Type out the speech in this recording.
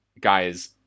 guys